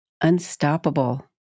unstoppable